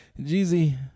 Jeezy